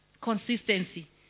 Consistency